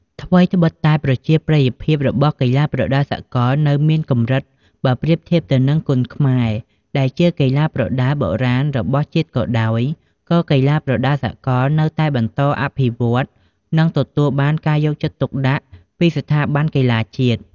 ថ្វីត្បិតតែប្រជាប្រិយភាពរបស់កីឡាប្រដាល់សកលនៅមានកម្រិតបើប្រៀបធៀបទៅនឹង គុនខ្មែរ ដែលជាកីឡាប្រដាល់បុរាណរបស់ជាតិក៏ដោយ ក៏កីឡាប្រដាល់សកលនៅតែបន្តអភិវឌ្ឍ និងទទួលបានការយកចិត្តទុកដាក់ពីស្ថាប័នកីឡាជាតិ។